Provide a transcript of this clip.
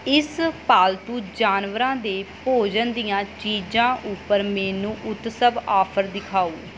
ਇਸ ਪਾਲਤੂ ਜਾਨਵਰਾਂ ਦੇ ਭੋਜਨ ਦੀਆਂ ਚੀਜ਼ਾਂ ਉੱਪਰ ਮੈਨੂੰ ਉਤਸਵ ਆਫ਼ਰ ਦਿਖਾਓ